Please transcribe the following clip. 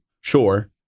Sure